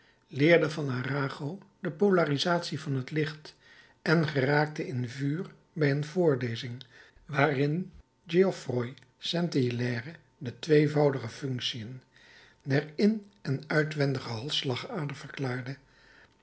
van arago de polarisatie van het licht en geraakte in vuur bij een voorlezing waarin geoffroy saint hilaire de tweevoudige functiën der in en uitwendige halsslagader verklaarde